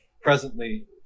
presently